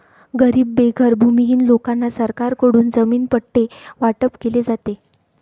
गरीब बेघर भूमिहीन लोकांना सरकारकडून जमीन पट्टे वाटप केले जाते